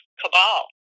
cabal